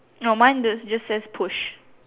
no mine this just says push